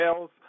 else